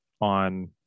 on